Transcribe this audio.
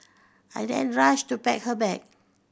I then rushed to pack her bag